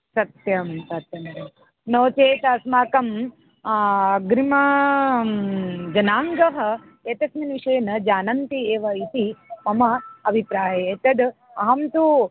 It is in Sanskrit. सत्यं सत्यमेव नो चेत् अस्माकं अग्रिम जनाङ्गः एतस्मिन् विषये न जानन्ति एव इति मम अभिप्राये तद् अहं तु